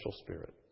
spirit